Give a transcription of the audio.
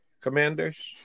Commanders